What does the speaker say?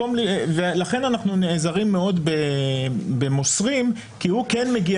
לכן אנחנו נעזרים מאוד במוסרים כי הוא כן מגיע.